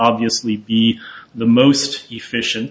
obviously be the most efficient